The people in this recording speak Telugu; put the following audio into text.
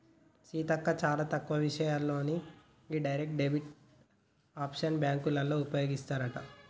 సీతక్క చాలా తక్కువ విషయాల్లోనే ఈ డైరెక్ట్ డెబిట్ ఆప్షన్ బ్యాంకోళ్ళు ఉపయోగిస్తారట